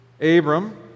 Abram